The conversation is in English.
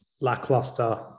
lackluster